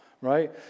right